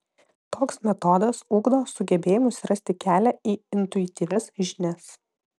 toks metodas ugdo sugebėjimus rasti kelią į intuityvias žinias